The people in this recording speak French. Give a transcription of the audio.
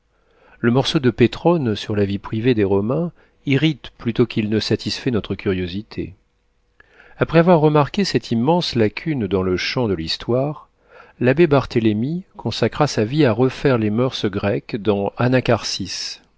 le morceau de pétrone sur la vie privée des romains irrite plutôt qu'il ne satisfait notre curiosité après avoir remarqué cette immense lacune dans le champ de l'histoire l'abbé barthélemy consacra sa vie à refaire les moeurs grecques dans anacharsis